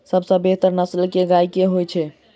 सबसँ बेहतर नस्ल केँ गाय केँ होइ छै?